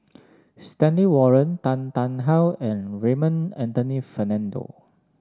Stanley Warren Tan Tarn How and Raymond Anthony Fernando